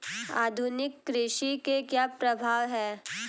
आधुनिक कृषि के क्या प्रभाव हैं?